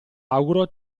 auguro